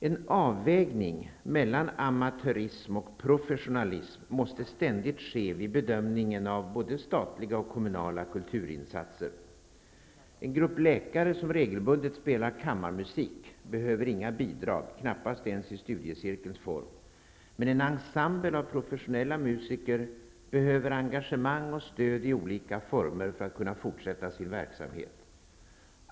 En avvägning mellan amatörism och professionalism måste ständigt ske vid bedömningen av både statliga och kommunala kulturinsatser. En grupp läkare som regelbundet spelar kammarmusik behöver inga bidrag, knappast ens i studiecirkelns form. Men en ensemble av professionella musiker behöver engagemang och stöd i olika former för att kunna fortsätta sin verksamhet.